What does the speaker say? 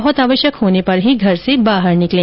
बहुत आवश्यक होने पर ही घर से बाहर निकलें